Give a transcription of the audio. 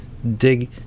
Dig